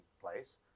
place